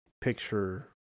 picture